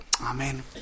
Amen